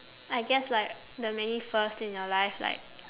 I guess like the many first in your life like